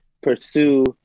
pursue